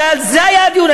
הרי על זה היה הדיון,